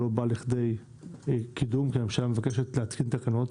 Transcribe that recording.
לא בא לכדי קידום והממשלה מבקשת להתקין תקנות,